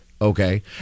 okay